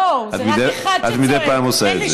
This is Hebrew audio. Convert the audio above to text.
את מדי פעם עושה את זה.